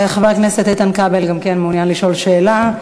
חבר הכנסת איתן כבל גם כן מעוניין לשאול שאלה.